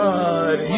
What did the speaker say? God